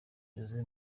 josé